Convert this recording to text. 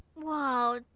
whoa.